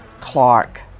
Clark